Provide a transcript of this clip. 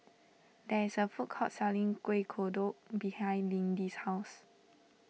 there is a food court selling Kuih Kodok behind Lindy's house